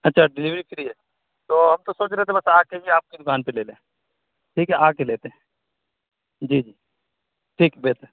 اچھا delivery free ہے تو ہم سوچ رہے تھے بس آ کے ہی آپ کی دکان پہ لے لیں ٹھیک ہے آ کے لیتے ہیں جی جی ٹھیک بہتر